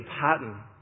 pattern